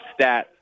stats